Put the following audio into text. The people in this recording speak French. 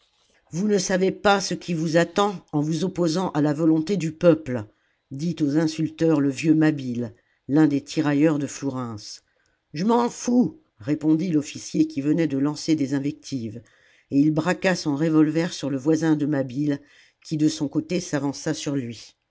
vous ne savez pas ce qui vous attend en vous opposant à la volonté du peuple dit aux insulteurs le vieux mabile l'un des tirailleurs de flourens je m'en fous répondit l'officier qui venait de lancer des invectives et il braqua son revolver sur le voisin de mabile qui de son côté s'avança sur lui